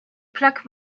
plaques